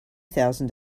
thousand